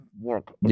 work